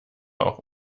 auch